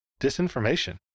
Disinformation